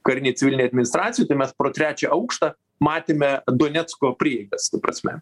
karinėj civilinėj administracijoj tai mes pro trečią aukštą matėme donecko prieigas ta prasme